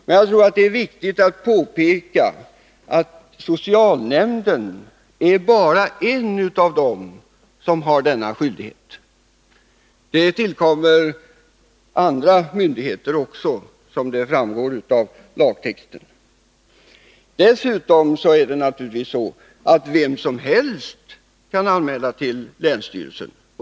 Det är viktigt att påpeka att socialnämnden är bara en av dem som har denna skyldighet — den tillkommer andra myndigheter också, som framgår av lagtexten. Dessutom kan naturligtvis vem som helst göra anmälan till länsstyrelsen.